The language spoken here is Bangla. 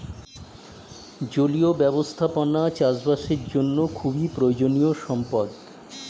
জলীয় ব্যবস্থাপনা চাষবাসের জন্য খুবই প্রয়োজনীয় সম্পদ